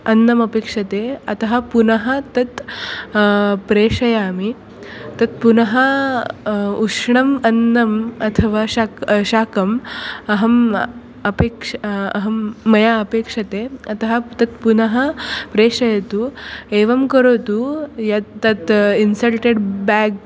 अन्नम् अपेक्ष्यते अतः पुनः तत् प्रेषयामि तत् पुनः उष्णम् अन्नम् अथवा शक् शाकम् अहम् अपेक्षे अहं मया अपेक्ष्यते अतः तत् पुनः प्रेषयतु एवं करोतु यत् तत् इन्सल्टेड् ब्याग्